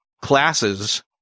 classes